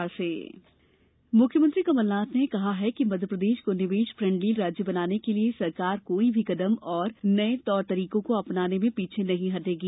MP magnificent मुख्यमंत्री कमल नाथ ने कहा है कि मध्यप्रदेश को निवेश फ्रेंडली राज्य बनाने के लिए सरकार कोई भी कदम और नए तौर तरीकों को अपनाने में पीछे नहीं हटेगी